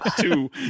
Two